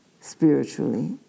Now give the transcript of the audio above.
spiritually